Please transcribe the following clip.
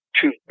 two